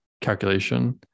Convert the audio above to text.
calculation